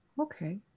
Okay